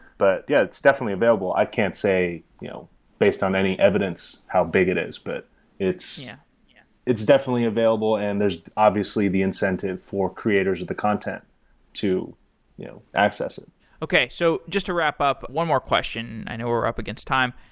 but yeah, it's definitely available. i can't say you know based on any evidence, how bit it is, but it's yeah it's definitely available and there's obviously the incentive for creators of the content to access it okay. so just to wrap up, one more question, and i know we're up against time.